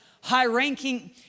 high-ranking